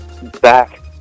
back